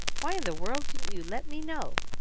why in the world didn't you let me know?